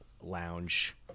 lounge